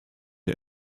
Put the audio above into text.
der